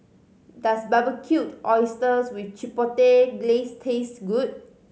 does Barbecued Oysters with Chipotle Glaze taste good